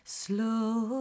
slow